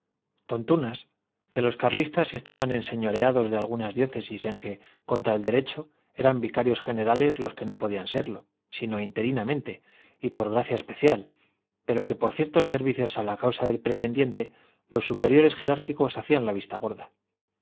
tontunas que los carlistas estaban enseñoreados de algunas diócesis en que contra el derecho eran vicarios generales los que no podían serlo sino interinamente y por gracia especial pero que por ciertos servicios a la causa del pretendiente los superiores jerárquicos hacían la vista gorda